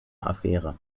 affäre